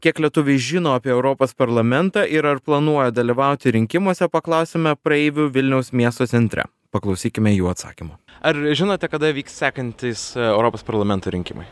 kiek lietuviai žino apie europos parlamentą ir ar planuoja dalyvauti rinkimuose paklausėme praeivių vilniaus miesto centre paklausykime jų atsakymų ar žinote kada vyks sekantys europos parlamento rinkimai